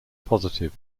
positive